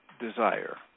desire